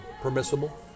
permissible